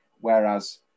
Whereas